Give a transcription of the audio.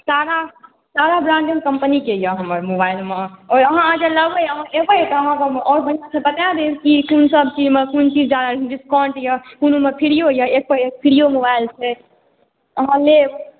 सारा सारा ब्राण्डेड कम्पनीके यऽ हमर मोबाइलमे आओर अहाँ जे लेबै तऽ हाँकेँ और बढ़िऑं से बता देब कि कोन सब चीजमे कोन डिस्काउण्ट यऽ कोनोमे फ़्रिओ यऽ एक पर एक फ्री मोबाइल छै अहाँ लेब